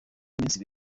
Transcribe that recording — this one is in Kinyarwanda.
iminsi